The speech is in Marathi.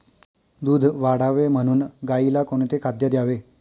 दूध वाढावे म्हणून गाईला कोणते खाद्य द्यावे?